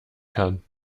kann